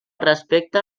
respecte